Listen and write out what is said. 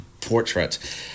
portrait